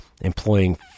employing